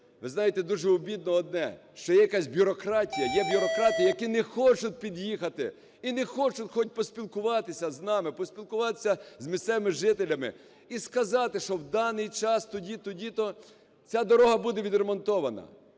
Ви знаєте дуже обідно одне, що є якась бюрократія, є бюрократи, які не хочуть під'їхати і не хочуть хоч поспілкуватися з нами, поспілкуватися з місцевими жителями і сказати, що в даний час тоді-то, тоді-то ця дорога буде відремонтована.